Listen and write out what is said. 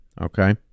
okay